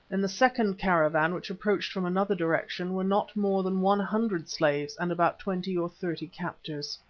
in the second caravan, which approached from another direction, were not more than one hundred slaves and about twenty or thirty captors.